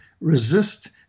resist